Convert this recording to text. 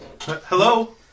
Hello